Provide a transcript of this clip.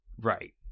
right